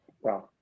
Wow